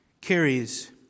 carries